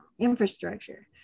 infrastructure